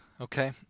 Okay